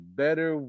better